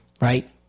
right